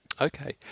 Okay